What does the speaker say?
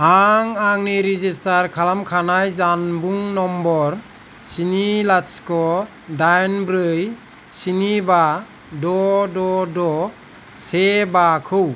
आं आंनि रेजिस्थार खालामखानाय जानबुं नम्बर स्नि लाथिख ' दाइन ब्रै स्नि बा द' द' द' से बा खौ